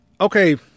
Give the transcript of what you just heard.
okay